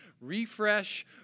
refresh